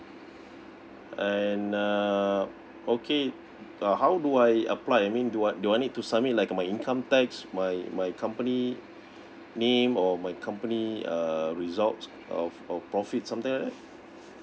and uh okay uh how do I apply I mean do I do I need to submit like my income tax my my company name or my company uh results of or profit something like that